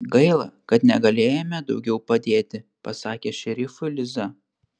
gaila kad negalėjome daugiau padėti pasakė šerifui liza